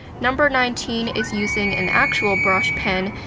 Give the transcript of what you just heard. number nineteen is using an actual brush pen,